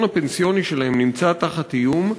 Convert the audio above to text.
שהחיסכון הפנסיוני שלהם נמצא תחת איום,